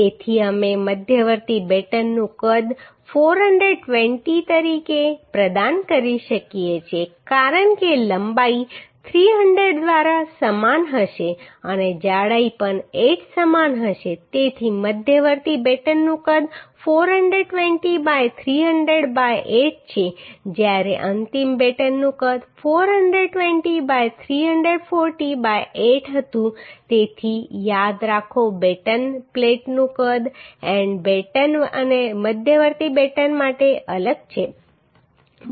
તેથી અમે મધ્યવર્તી બેટનનું કદ 420 તરીકે પ્રદાન કરી શકીએ છીએ કારણ કે લંબાઈ 300 દ્વારા સમાન હશે અને જાડાઈ પણ 8 સમાન હશે તેથી મધ્યવર્તી બેટનનું કદ 420 બાય 300 બાય 8 છે જ્યારે અંતિમ બેટનનું કદ 420 બાય 340 બાય 8 હતું તેથી યાદ રાખો બેટન પ્લેટનું કદ એન્ડ બેટન અને મધ્યવર્તી બેટન માટે અલગ છે